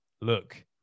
look